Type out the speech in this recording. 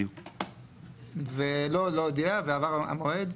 לא הודיע ועבר המועד,